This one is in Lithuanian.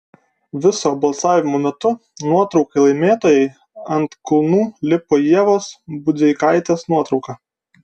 viso balsavimo metu nuotraukai laimėtojai ant kulnų lipo ievos budzeikaitės nuotrauka